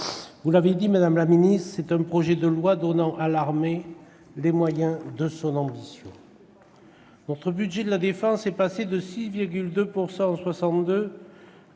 Vous l'avez dit, madame la ministre, ce projet de loi donne à l'armée les moyens de son ambition. Notre budget de la défense est passé de 6,2 %